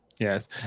Yes